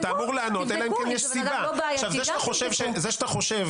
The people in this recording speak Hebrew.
זה שאתה חושב